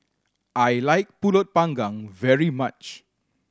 I like Pulut Panggang very much